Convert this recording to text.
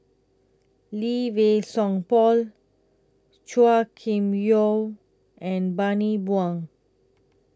Lee Wei Song Paul Chua Kim Yeow and Bani Buang